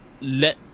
let